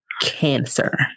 cancer